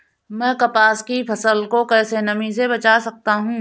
मैं कपास की फसल को कैसे नमी से बचा सकता हूँ?